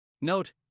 Note